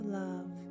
love